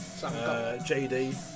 JD